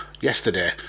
yesterday